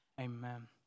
Amen